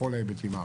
בכל ההיבטים האחרים.